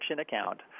account